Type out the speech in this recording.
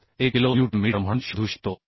71 kilo newton metre म्हणून शोधू शकतो